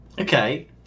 Okay